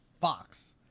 Fox